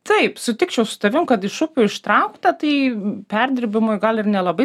taip sutikčiau su tavim kad iš upių ištraukta tai perdirbimui gal ir nelabai